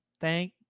Thank